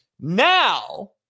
now